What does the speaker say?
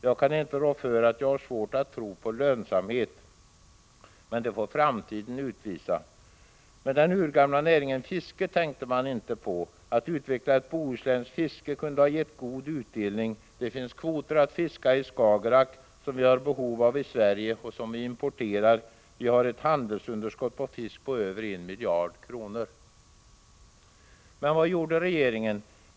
Jag kan inte rå för att jag har svårt att tro på lönsamhet, men hur det blir får framtiden utvisa. Den urgamla näringen fisket tänkte man emellertid inte på. Att utveckla ett bohuslänskt fiske kunde ha gett god utdelning. Det finns kvoter av fisk att ta upp i Skagerack som vi har behov av i Sverige — fisk som vi nu importerar. Vi har ett handelsunderskott på fisk på över 1 miljard kronor. Men vad gjorde regeringen?